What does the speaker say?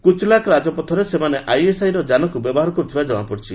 କୁଚଲାକ ରାଜପଥରେ ସେମାନେ ଆଇଏସ୍ଆଇର ଯାନକୁ ବ୍ୟବହାର କରୁଥିବା ଜଣାପଡିଛି